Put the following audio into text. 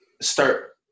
start